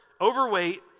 overweight